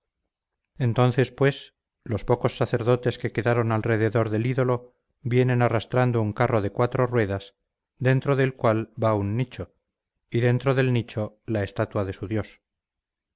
entonces pues los pocos sacerdotes que quedaron alrededor del ídolo vienen arrastrando un carro de cuatro ruedas dentro del cual va un nicho y dentro del nicho la estatua de su dios